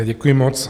Děkuji moc.